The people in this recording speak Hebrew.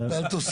אל תוסיף לי.